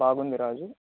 బాగుంది రాజు